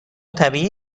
طبیعی